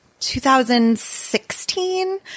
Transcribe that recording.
2016